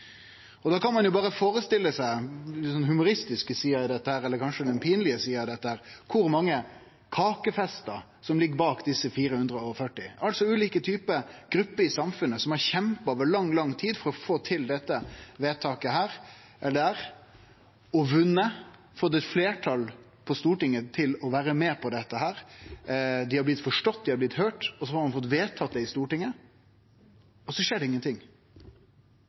kan ein berre førestille seg den kanskje litt humoristiske eller pinlege sida ved dette: Kor mange kakefestar ligg bak desse 440 vedtaka? Altså: Kor mange ulike grupper i samfunnet har kjempa over lang tid for å få til eit vedtak og vunne – dei har fått eit fleirtal på Stortinget til å vere med på det og vedta det – dei har blitt forstått og høyrde, og så skjer det ingenting? I Stortinget vil da veldig mykje av demokratiet bli sett på spissen. Éin ting er at vi som representantar kan synast det